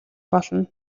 болно